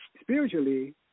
spiritually